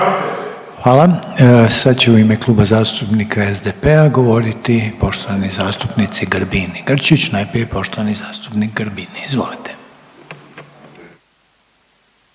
Hvala. Sad će u ime Kluba zastupnika SDP-a govoriti poštovani zastupnici Grbin i Grčić. Najprije poštovani zastupnik Grbin. Izvolite.